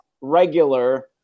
regular